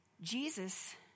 Jesus